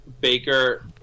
Baker